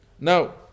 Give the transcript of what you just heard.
now